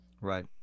right